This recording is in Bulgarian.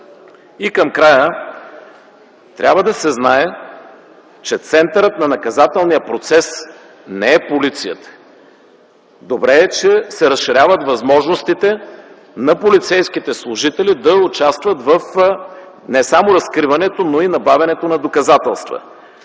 И към края, трябва да се знае, че центърът на наказателния процес не е полицията. Добре е, че се разширяват възможностите на полицейските служители да участват не само в разкриването, но и набавянето на доказателства.